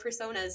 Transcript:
personas